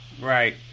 Right